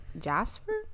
jasper